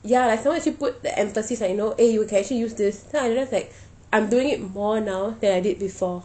ya as long as you put the emphasis like you know eh you can actually use then I don't have to like I'm doing it more now than I did before